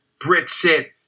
Britsit